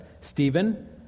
Stephen